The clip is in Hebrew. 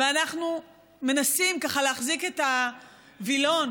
ואנחנו מנסים להחזיק את הווילון